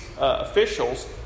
officials